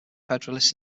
federalists